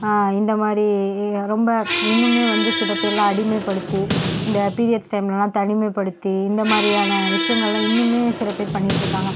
இந்த மாதிரி ரொம்ப இன்னுமே வந்து சில பேர்லாம் அடிமைப்படுத்தி இந்த பீரியட்ஸ் டைம்ல எல்லாம் தனிமைப்படுத்தி இந்த மாதிரியான விஷயங்கள்லாம் இன்னுமே சில பேர் பண்ணிகிட்டு இருக்காங்க